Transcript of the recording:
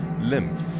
lymph